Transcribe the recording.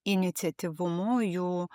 iniciatyvumu jų